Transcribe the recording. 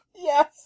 Yes